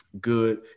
good